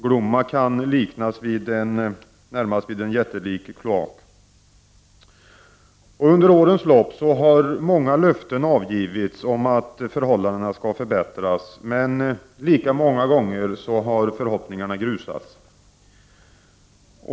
Glåma kan närmast liknas vid en jättelik kloak. Under årens lopp har många löften givits om att förhållandena skall förbättras, men lika många gånger har förhoppningarna grusats.